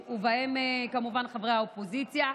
ובהם כמובן חברי האופוזיציה.